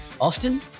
often